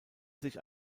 sich